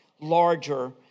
larger